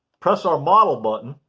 press our model button.